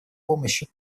помощи